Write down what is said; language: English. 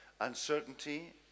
uncertainty